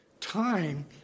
time